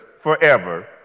forever